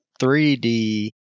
3D